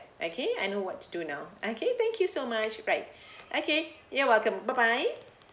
okay I know what to do now okay thank you so much right okay you're welcome bye bye